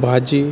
भाजी